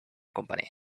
company